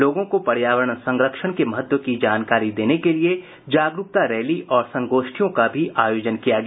लोगों को पर्यावरण संरक्षण के महत्व की जानकारी देने के लिए जागरूकता रैली और संगोष्ठियों का भी आयोजन किया गया